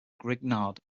grignard